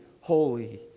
holy